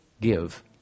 give